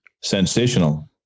sensational